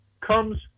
comes